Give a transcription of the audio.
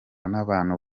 n’abantu